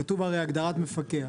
כתוב: הגדרת מפקח.